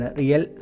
real